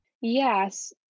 yes